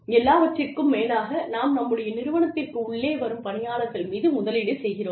எல்லாவற்றிற்கும் மேலாக நாம் நம்முடைய நிறுவனத்திற்கு உள்ளே வரும் பணியாளர்கள் மீது முதலீடு செய்கிறோம்